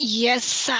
yes